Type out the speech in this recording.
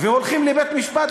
והולכים לבית-המשפט,